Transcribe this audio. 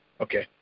okay